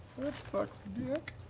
sucks dick.